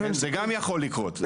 גם זה יכול לקרות.